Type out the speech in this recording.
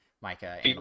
Micah